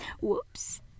Whoops